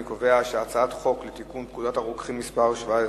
אני קובע שהצעת חוק לתיקון פקודת הרוקחים (מס 17),